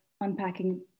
unpacking